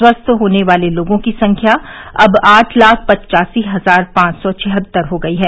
स्वस्थ होने वाले लोगों की संख्या अब आठ लाख पचासी हजार पांच सौ छिहत्तर हो गई है